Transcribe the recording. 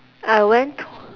I went to